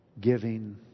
Giving